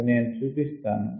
అవి నేను చూపిస్తాను